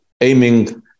aiming